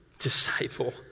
disciple